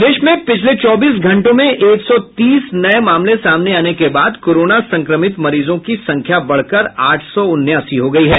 प्रदेश में पिछले चौबीस घंटों में एक सौ तीस नये मामले सामने आने के बाद कोरोना संक्रमित मरीजों की संख्या बढ़कर आठ सौ उनासी हो गयी है